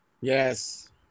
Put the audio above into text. Yes